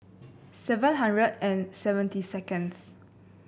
seven hundred and seventy seconds